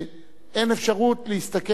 אין אפשרות להסתכל על העתיד.